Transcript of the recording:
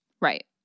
Right